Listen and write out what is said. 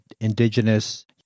indigenous